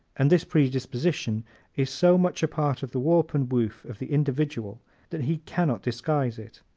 and this predisposition is so much a part of the warp and woof of the individual that he can not disguise it.